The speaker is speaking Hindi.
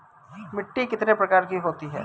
मिट्टी कितने प्रकार की होती हैं?